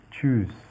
choose